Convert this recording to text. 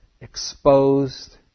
exposed